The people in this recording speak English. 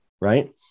Right